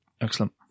Excellent